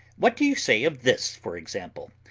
what do you say of this, for example?